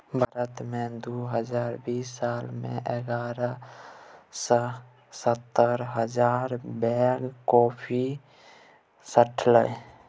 भारत मे दु हजार बीस साल मे एगारह सय सत्तर हजार बैग कॉफी सठलै